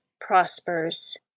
prospers